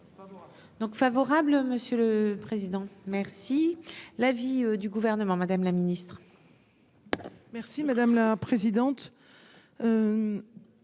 Donc favorable, Monsieur le Président merci l'avis du gouvernement, Madame la ministre. Merci madame la présidente,